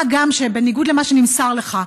מה גם שבניגוד למה שנמסר לך,